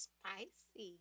Spicy